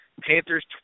Panthers